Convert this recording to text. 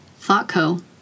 ThoughtCo